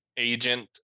Agent